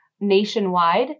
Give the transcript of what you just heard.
nationwide